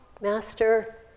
Master